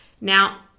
Now